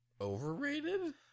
overrated